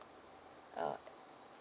uh